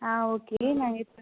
ஆ okay நாங்கள் இப்போ